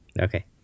okay